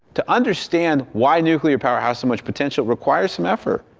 to understand why nuclear power has so much potential requires some effort.